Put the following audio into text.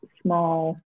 small